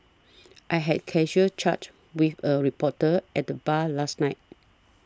I had casual chat with a reporter at the bar last night